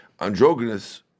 Androgynous